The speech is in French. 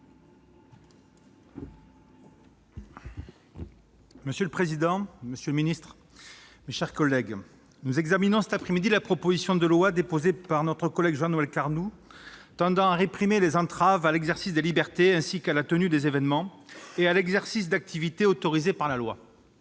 Monsieur le président, monsieur le secrétaire d'État, mes chers collègues, nous examinons cet après-midi la proposition de loi déposée par notre collègue Jean-Noël Cardoux tendant à réprimer les entraves à l'exercice des libertés, ainsi qu'à la tenue des évènements et à l'exercice d'activités autorisées par la loi.